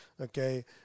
okay